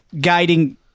guiding